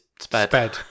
sped